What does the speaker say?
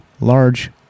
large